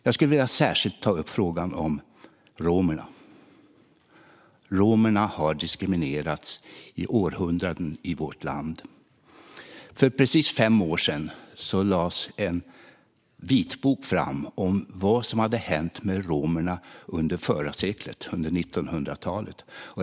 Jag skulle särskilt vilja ta upp frågan om romerna. Romerna har diskriminerats i århundraden i vårt land. För precis fem år sedan lades en vitbok fram om vad som hade hänt med romerna under förra seklet, under 1900-talet.